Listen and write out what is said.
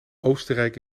oostenrijk